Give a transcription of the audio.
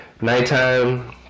nighttime